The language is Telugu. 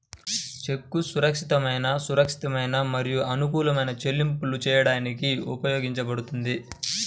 చెక్కు సురక్షితమైన, సురక్షితమైన మరియు అనుకూలమైన చెల్లింపులు చేయడానికి ఉపయోగించబడుతుంది